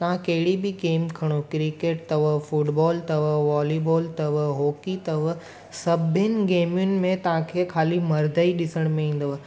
तव्हां कहिड़ी बि गेम खणो क्रिकेट अथव फुटबॉल अथव वॉलीबॉल अथव हॉकी अथव सभिनी गेमियुनि में तव्हांखे ख़ाली मर्द ई ॾिसण में ईंदव